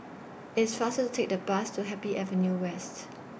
IT IS faster to Take The Bus to Happy Avenue West